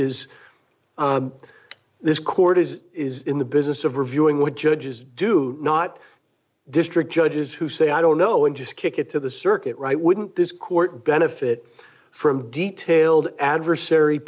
is this court is is in the business of reviewing what judges do not district judges who say i don't know and just kick it to the circuit right wouldn't this court benefit from detailed adversary